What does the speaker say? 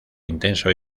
intenso